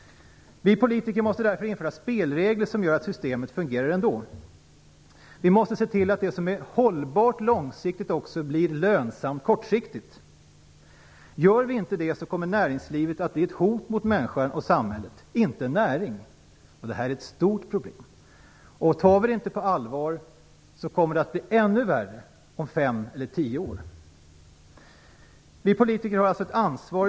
Vi politiker måste därför införa spelregler som gör att systemet fungerar ändå. Vi måste se till att det som är hållbart långsiktigt också blir lönsamt kortsiktigt. Gör vi inte det kommer näringslivet att bli ett hot mot människan och samhället - inte en näring. Det är ett stort problem. Tar vi det inte på allvar kommer det att bli ännu värre om fem eller tio år. Vi politiker har alltså ett ansvar.